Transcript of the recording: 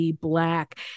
black